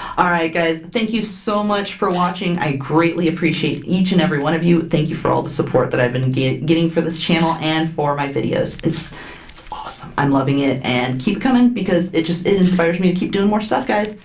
alright guys, thank you so much for watching! i greatly appreciate each and every one of you! thank you for all the support that i've been getting getting for this channel and for my videos! it's awesome! i'm loving it and keep it coming! because it just it inspires me to keep doing more stuff guys!